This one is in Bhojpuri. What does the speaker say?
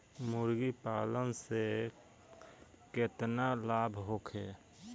मुर्गीपालन से केतना लाभ होखे?